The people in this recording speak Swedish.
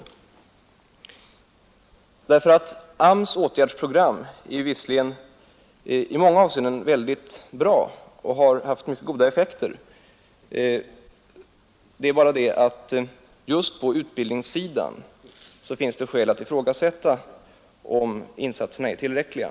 AMS:s åtgärdsprogram mot ungdomsarbetslösheten är visserligen i många avseenden väldigt bra och har haft mycket goda effekter, men just på utbildningssidan är insatserna inte tillräckliga.